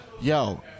yo